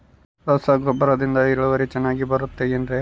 ರಸಗೊಬ್ಬರದಿಂದ ಇಳುವರಿ ಚೆನ್ನಾಗಿ ಬರುತ್ತೆ ಏನ್ರಿ?